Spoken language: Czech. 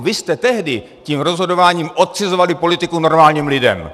Vy jste tehdy tím rozhodováním odcizovali politiku normálním lidem.